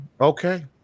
Okay